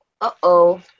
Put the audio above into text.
Uh-oh